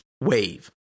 wave